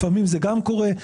לפעמים זה גם קורה.